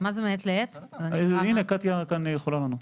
קטיה יכולה לענות.